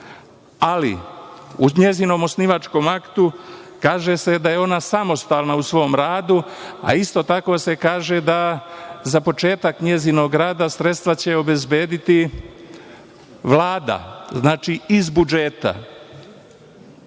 ali u njenom osnivačkom aktu kaže se da je ona samostalna u svom radu, a isto tako se kaže da za početak njenog rada sredstva će obezbediti Vlada, znači iz budžeta. Uvek